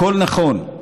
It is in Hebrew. הכול נכון,